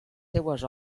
seues